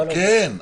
כן.